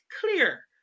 clear